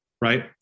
Right